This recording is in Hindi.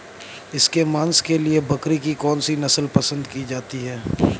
इसके मांस के लिए बकरी की कौन सी नस्ल पसंद की जाती है?